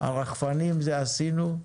הרחפנים זה עשינו.